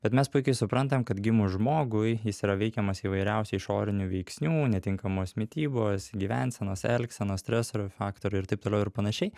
bet mes puikiai suprantam kad gimus žmogui jis yra veikiamas įvairiausių išorinių veiksnių netinkamos mitybos gyvensenos elgsenos streso faktorių ir taip toliau ir panašiai